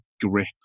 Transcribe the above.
grip